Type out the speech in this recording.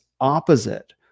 opposite